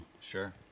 Sure